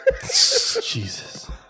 Jesus